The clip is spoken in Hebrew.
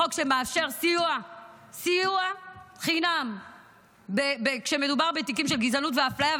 החוק שמאפשר סיוע חינם כשמדובר בתיקים של גזענות ואפליה,